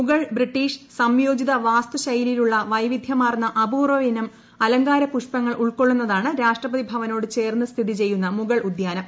Mughal British സംയോജിത വാസ്തുശ്ശ്ലൈിയിലുള്ള വൈവിധ്യമാർന്ന അപൂർവ്വയിനം അലങ്കാര പ്യൂഷ്പ്ങൾ ഉൾക്കൊള്ളുന്നതാണ് രാഷ്ട്രപതി ഭവനോട് ചേർന്ന് ഗ്ര്ഥിതി ചെയ്യുന്ന മുഗൾ ഉദ്യാനം